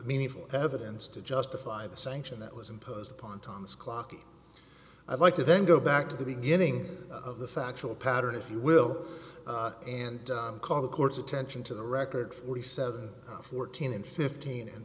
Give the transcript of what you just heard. meaningful evidence to justify the sanction that was imposed upon thomas clocky i'd like to then go back to the beginning of the factual pattern if you will and call the court's attention to the record forty seven fourteen and fifteen and